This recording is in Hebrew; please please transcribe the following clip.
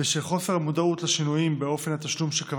בשל חוסר המודעות לשינויים באופן התשלום שקבע